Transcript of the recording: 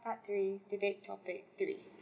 part three debate topic three